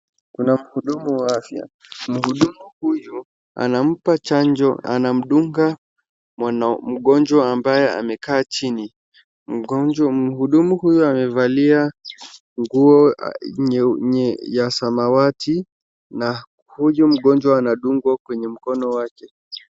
Kuna mhudumu wa afya. Mhudumu huyu anampa chanjo, anamdunga mwana, mgonjwa ambaye amekaa chini. Mgonjwa, mhudumu huyu amevalia nguo nyeu, nye ya samawati, na huyu mgonjwa anadugwa kwenye mkono wake.